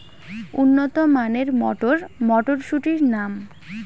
উন্নত মানের মটর মটরশুটির নাম?